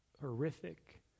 horrific